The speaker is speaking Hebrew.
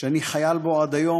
שאני חייל בו עד היום,